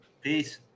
peace